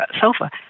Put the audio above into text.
sofa